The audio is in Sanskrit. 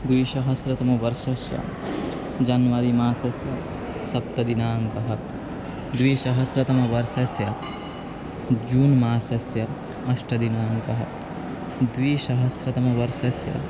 द्विसहस्रतमवर्षस्य जान्वरी मासस्य सप्तमदिनाङ्कः द्विसहस्रतमवर्षस्य जून् मासस्य अष्टमदिनाङ्कः द्विसहस्रतमवर्षस्य